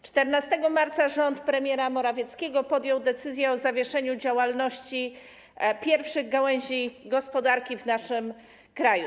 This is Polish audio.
14 marca rząd premiera Morawieckiego podjął decyzję o zawieszeniu działalności pierwszych gałęzi gospodarki w naszym kraju.